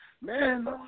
man